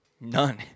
None